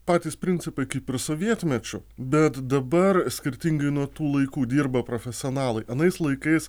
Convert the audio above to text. patys principai kaip ir sovietmečiu bet dabar skirtingai nuo tų laikų dirba profesionalai anais laikais